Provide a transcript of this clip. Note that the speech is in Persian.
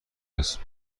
است